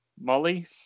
Molly